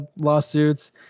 lawsuits